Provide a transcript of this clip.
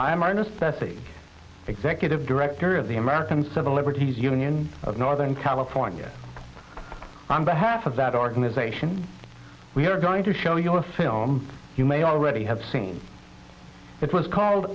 thirty executive director of the american civil liberties union of northern california on behalf of that organization we are going to show your film you may already have seen it was called